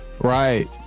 Right